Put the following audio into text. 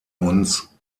uns